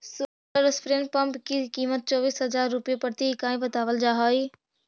solar spray pump की कीमत चौबीस हज़ार रुपए प्रति इकाई बतावल जा हई